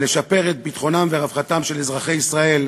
ולשפר את ביטחונם ורווחתם של אזרחי ישראל,